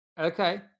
okay